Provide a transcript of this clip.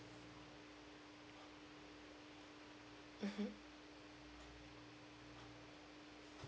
mmhmm